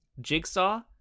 Jigsaw